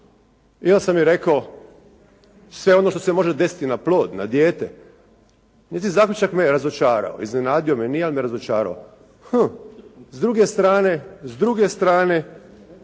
onda sam joj rekao sve ono što se može desiti na plod, na dijete. Njezin zaključak me razočarao, iznenadio me nije, ali me razočarao. «Hm, s druge strane